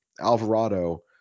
Alvarado